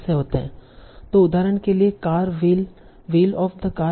तो उदाहरण के लिए car wheel wheel of the car है